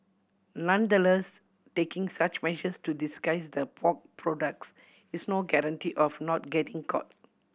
nonetheless taking such measures to disguise the pork products is no guarantee of not getting caught